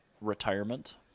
retirement